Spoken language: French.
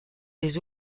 les